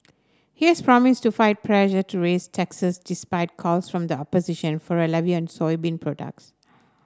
he has promised to fight pressure to raise taxes despite calls from the opposition for a levy on soybean products